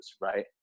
right